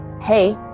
Hey